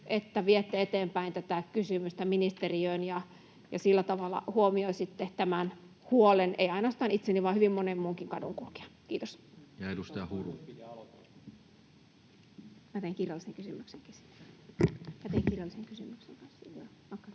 että viette eteenpäin tätä kysymystä ministeriöön ja sillä tavalla huomioisitte tämän huolen — ei ainoastaan omani, vaan hyvin monen muunkin kadunkulkijan. — Kiitos. [Rami Lehto: Siitä on toimenpidealoite!] Minä tein kirjallisen kysymyksenkin